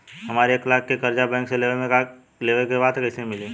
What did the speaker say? हमरा एक लाख के कर्जा बैंक से लेवे के बा त कईसे मिली?